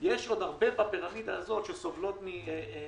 יש עוד הרבה בפירמידה הזאת שסובלות ממכות,